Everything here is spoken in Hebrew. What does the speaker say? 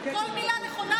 כל מילה נכונה,